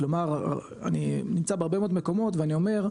כלומר אני נמצא בהרבה מאוד מקומות ואני אומר,